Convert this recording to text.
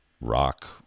rock